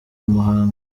muhanga